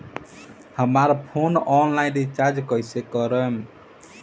हमार phone online recharge कईसे करेम?